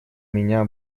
меня